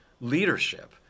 leadership